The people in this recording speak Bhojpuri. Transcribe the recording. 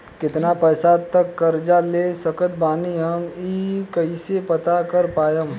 केतना पैसा तक कर्जा ले सकत बानी हम ई कइसे पता कर पाएम?